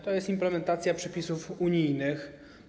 To jest implementacja przepisów unijnych.